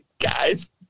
Guys